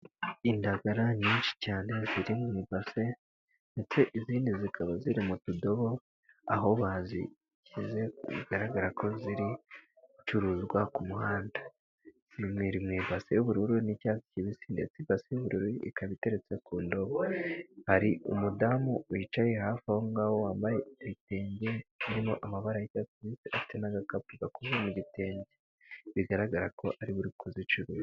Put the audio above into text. Indagara nyinshi cyane ziri mu base, ndetse izindi zikaba ziri mu tudobo, aho bazishyize bigaragara ko ziri gucuruzwa ku muhanda, biri mu ibase y'ubururu n'icyatsi kibisi, ndetse ibasi y'ubururu ikaba iteretse ku ndobo, hari umudamu wicaye hafi aho ngaho wambaye ibitenge birimo amabarara y'icyatsi n'agakapu gakomeye mu gitenge bigaragara ko ariwe uri kuzicuruza.